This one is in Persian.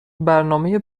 برنامه